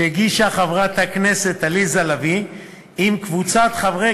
שהגישה חברת הכנסת עליזה לביא עם קבוצת חברי